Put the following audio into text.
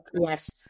Yes